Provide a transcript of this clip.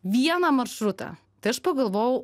vieną maršrutą tai aš pagalvojau